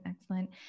excellent